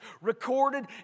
recorded